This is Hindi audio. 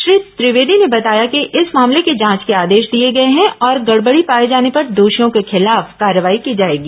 श्री त्रिवेदी ने बताया कि इस मामले की जांच के आदेश दिए गए हैं और गड़बड़ी पाए जाने पर दोषियों के खिलाफ कार्रवाई की जाएगी